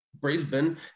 Brisbane